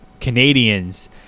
Canadians